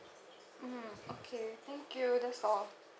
mm okay thank you that's all